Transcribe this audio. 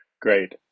great